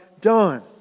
done